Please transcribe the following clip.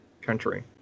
Country